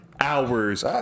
Hours